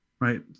right